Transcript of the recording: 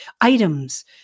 items